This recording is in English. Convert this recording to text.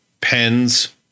pens